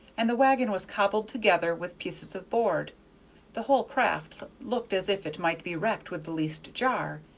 and the wagon was cobbled together with pieces of board the whole craft looked as if it might be wrecked with the least jar.